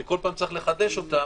שבכל פעם צריך לחדש אותן,